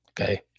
Okay